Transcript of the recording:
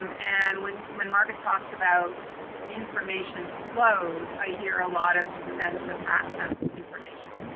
um and when when margot talks about information flows i hear a lot of sense of access to information.